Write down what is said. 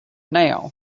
now